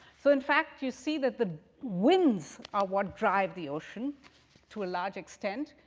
so in fact, you see that the winds are what drive the ocean to a large extent.